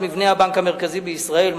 את מבנה הבנק המרכזי בישראל,